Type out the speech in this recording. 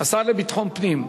השר לביטחון פנים.